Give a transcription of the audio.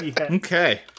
Okay